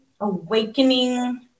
awakening